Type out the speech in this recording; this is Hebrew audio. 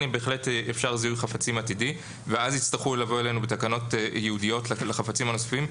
של חפצים ואז יצטרכו לבוא אלינו בתקנות ייעודיות לחפצים הנוספים.